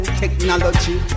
technology